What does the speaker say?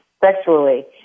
sexually